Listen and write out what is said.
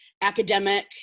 academic